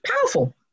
powerful